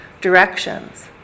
directions